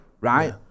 right